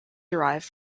derive